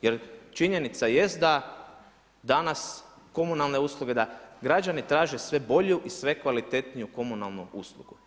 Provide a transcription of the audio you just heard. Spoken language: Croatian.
Jer činjenica jest da danas komunalne usluge, da građani traže sve bolju i sve kvalitetniju komunalnu uslugu.